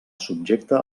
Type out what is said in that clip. subjecta